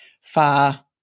far